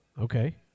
Okay